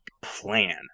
plan